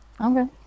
okay